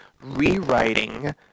rewriting